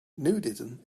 nudism